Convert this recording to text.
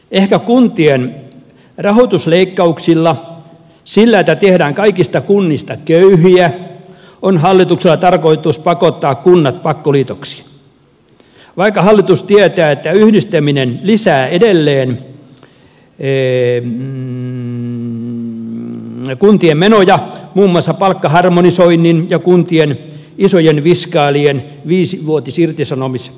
ehkä kuntien rahoitusleikkauksilla sillä että tehdään kaikista kunnista köyhiä on hallituksella tarkoitus pakottaa kunnat pakkoliitoksiin vaikka hallitus tietää että yhdistäminen lisää edelleen kuntien menoja muun muassa palkkaharmonisoinnin ja kuntien isojen viskaalien viisivuotisirtisanomissuojan takia